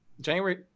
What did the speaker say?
January